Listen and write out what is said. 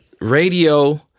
radio